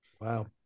Wow